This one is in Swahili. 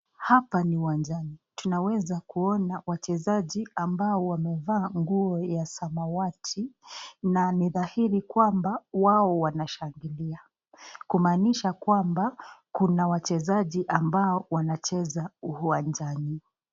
Hapa ni uwanjani. Tunaweza kuona wachezaji ambao wamevaa nguo ya samawati na ni dhahiri kwamba wao wanashangilia. Kumaanisha kwamba kuna wachezaji ambao wanacheza uwanjani.